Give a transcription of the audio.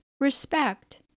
respect